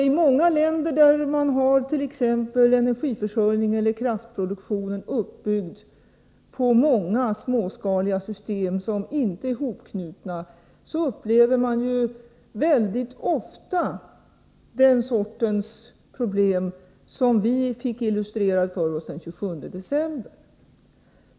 I många länder där man har t.ex. energiförsörjningen eller kraftproduktionen uppbyggd på många småskaliga system som inte är hopknutna upplever man mycket ofta den sortens problem som vi fick illustrerade för oss den 27 december.